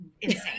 insane